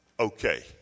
Okay